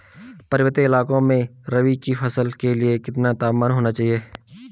पर्वतीय इलाकों में रबी की फसल के लिए कितना तापमान होना चाहिए?